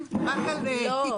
לא.